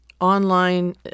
online